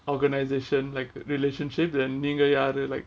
organization like relationship then நீங்க யாரு:neenga yaru like